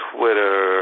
Twitter